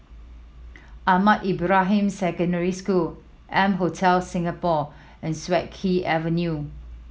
Ahmad Ibrahim Secondary School M Hotel Singapore and Siak Kew Avenue